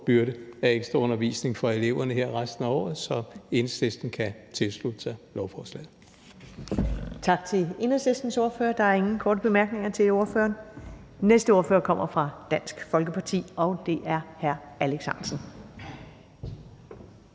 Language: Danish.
byrde af ekstra undervisning på eleverne her resten af året. Så Enhedslisten kan tilslutte sig lovforslaget.